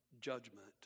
judgment